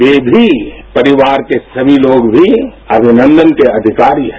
वे भी परिवार के सभी लोग भी अभिनंदनके अधिकारी हैं